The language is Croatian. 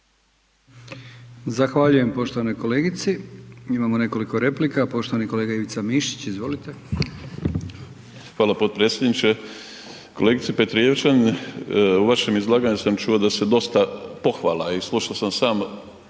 Zahvaljujem poštovanoj kolegici, imamo nekoliko replika, poštovani kolega Ivica Mišić, izvolite. **Mišić, Ivica (Nezavisni)** Hvala potpredsjedniče. Kolegice Petrijevčanin, u vašem izlaganju sam čuo dosta pohvala i slušao sam sam